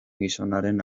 gizonaren